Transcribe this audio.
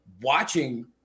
watching